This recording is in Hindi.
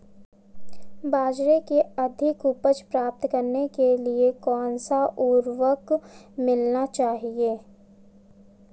बाजरे की अधिक उपज प्राप्त करने के लिए कौनसा उर्वरक मिलाना चाहिए?